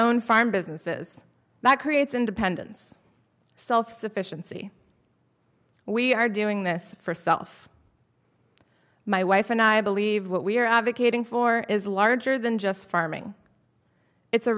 own farm businesses that creates independence self sufficiency we are doing this for self my wife and i believe what we are advocating for is larger than just farming it's a